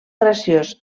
graciós